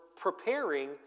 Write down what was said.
preparing